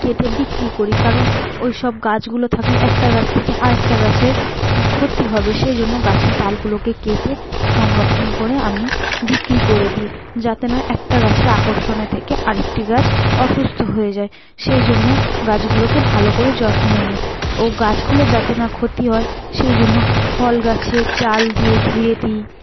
কেটে বিক্রি করি কারণ ওই সব গাছগুলো থাকলে একটা গাছ থেকে আরেকটা গাছের ক্ষতি হবে সেই জন্য গাছের ডালগুলোকে কেটে সংরক্ষণ করে আমি বিক্রি করে দি যাতে না একটা গাছের আকর্ষণে থেকে আরেকটি গাছ অসুস্থ হয়ে যায় সেই জন্য গাছগুলোকে ভালো করে যত্ন নি ও গাছগুলো যাতে না ক্ষতি হয় সেই জন্য ফল গাছে জাল দিয়ে ঘিরে দি